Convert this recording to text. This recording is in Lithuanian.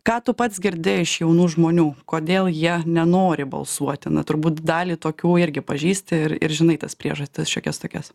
ką tu pats girdi iš jaunų žmonių kodėl jie nenori balsuoti na turbūt dalį tokių irgi pažįsti ir ir žinai tas priežastis šiokias tokias